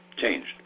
changed